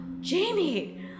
Jamie